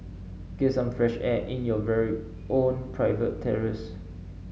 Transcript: get some fresh air in your very own private terrace